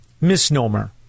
misnomer